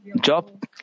Job